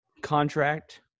contract –